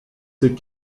ses